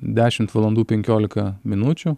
dešimt valandų penkiolika minučių